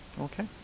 okay